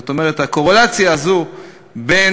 זאת אומרת, הקורלציה הזאת בין